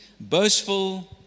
boastful